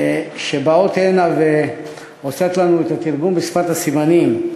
שבאות הנה ועושות לנו את התרגום לשפת הסימנים.